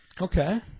Okay